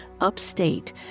upstate